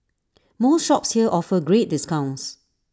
most shops here offer great discounts